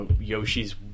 Yoshi's